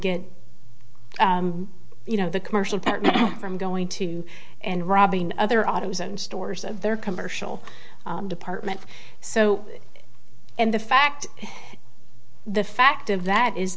get you know the commercial from going to and robbing other autos and stores of their commercial department so and the fact the fact of that is